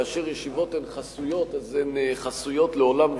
שכאשר ישיבות הן חסויות אז הן חסויות לעולם ועד,